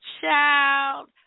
Child